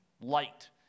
light